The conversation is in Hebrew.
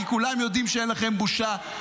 כי כולם יודעים שאין לכם בושה.